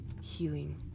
healing